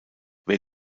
wer